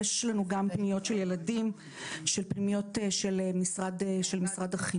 יש לנו גם פניות של ילדים של פנימיות של משרד החינוך,